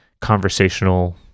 conversational